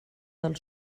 del